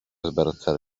sbarazzare